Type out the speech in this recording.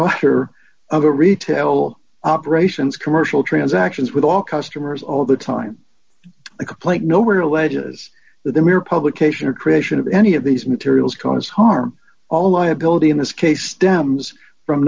butter of a retail operations commercial transactions with all customers all the time a complaint nowhere alleges that the mere publication or creation of any of these materials cause harm all liability in this case